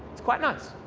it's quite nice.